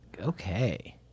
okay